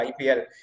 IPL